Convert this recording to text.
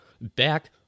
back